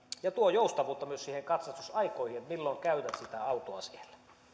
ja tuo joustavuutta myös niihin katsastusaikoihin eli siihen milloin käytät sitä autoa siellä